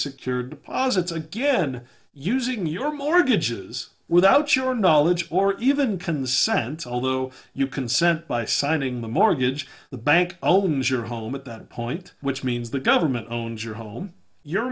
secured posits again using your mortgages without your knowledge or even consent although you consent by signing the mortgage the bank owns your home at that point which means the government owns your home your